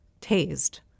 tased